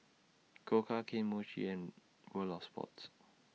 Koka Kane Mochi and World of Sports